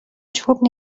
چوب